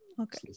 Okay